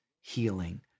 healing